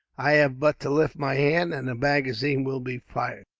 i have but to lift my hand, and the magazine will be fired.